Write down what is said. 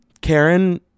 Karen